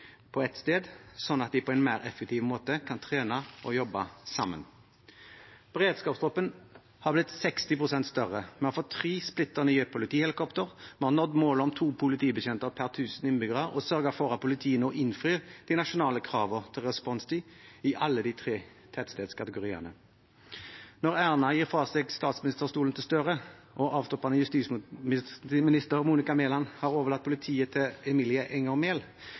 på ett sted, sånn at de på en mer effektiv måte kan trene og jobbe sammen. Beredskapstroppen har blitt 60 pst. større. Vi har fått tre splitter nye politihelikopter. Vi har nådd målet om to politibetjenter per 1 000 innbyggere og sørget for at politiet innfrir de nasjonale kravene til responstid i alle de tre tettstedskategoriene. Når Erna gir fra seg statsministerstolen til Gahr Støre og tidligere justisminister Monica Mæland har overlatt politiet til Emilie Mehl,